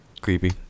Creepy